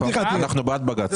אנחנו בעד בג"ץ.